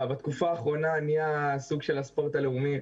בתקופה האחרונה נהיה סוג של ספורט לאומי,